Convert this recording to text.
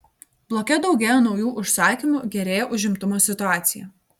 bloke daugėja naujų užsakymų gerėja užimtumo situacija